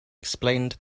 explained